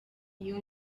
you